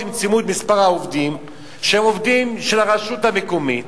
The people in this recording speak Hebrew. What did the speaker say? צמצמו את מספר העובדים שהם עובדים של הרשות המקומית